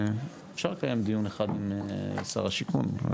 אפשר לקיים דיון אחד עם שר השיכון.